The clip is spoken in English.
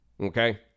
okay